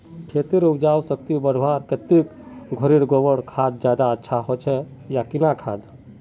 खेतेर उपजाऊ शक्ति बढ़वार केते घोरेर गबर खाद ज्यादा अच्छा होचे या किना खाद?